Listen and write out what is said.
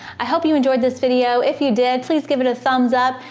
i hope you enjoyed this video. if you did please give it a thumbs up.